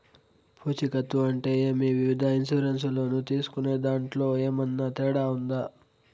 పూచికత్తు అంటే ఏమి? వివిధ ఇన్సూరెన్సు లోను తీసుకునేదాంట్లో ఏమన్నా తేడా ఉందా?